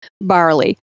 barley